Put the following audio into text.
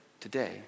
today